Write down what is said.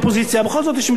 בכל זאת יש מדינה בדרך,